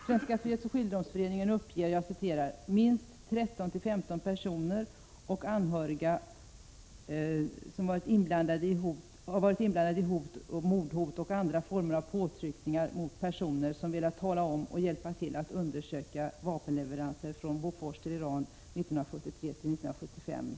Svenska fredsoch skiljedomsföreningen uppger ”att minst 10-13 personer varit inblandade i hot, mordhot och andra former av påtryckningar mot personer som velat tala om och hjälpa till att undersöka vapenleveranserna från Bofors till Iran 1973-1975”.